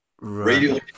radio